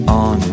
on